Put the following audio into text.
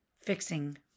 fixing